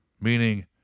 Meaning